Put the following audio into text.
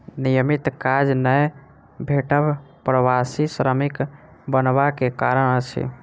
नियमित काज नै भेटब प्रवासी श्रमिक बनबा के कारण अछि